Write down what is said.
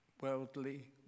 worldly